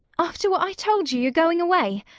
after what i told you, you're going away?